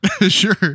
Sure